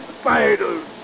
spiders